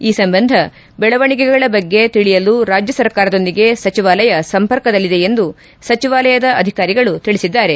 ಈ ಸಂಬಂಧ ಬೆಳವಣಿಗೆಗಳ ಬಗ್ಗೆ ತಿಳಿಯಲು ರಾಜ್ಯ ಸರ್ಕಾರದೊಂದಿಗೆ ಸಚಿವಾಲಯ ಸಂಪರ್ಕದಲ್ಲಿದೆ ಎಂದು ಸಚಿವಾಲಯದ ಅಧಿಕಾರಿಗಳು ತಿಳಿಸಿದ್ದಾರೆ